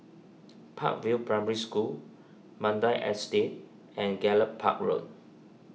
Park View Primary School Mandai Estate and Gallop Park Road